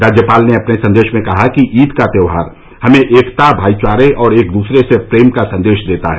राज्यपाल ने अपने संदेश में कहा कि ईद का त्यौहार हमें एकता भाईचारे और एक दूसरे से प्रेम का संदेश देता है